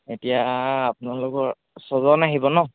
এতিয়া আপোনালোকৰ ছয়জন আহিব ন